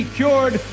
cured